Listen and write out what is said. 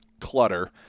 clutter